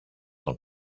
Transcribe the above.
τον